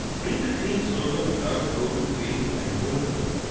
bring the clean sorghum without broken grains and mould growth.